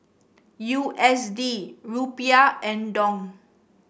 U S D Rupiah and Dong